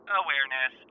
awareness